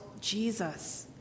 Jesus